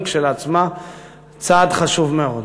היא כשלעצמה צעד חשוב מאוד.